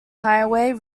highway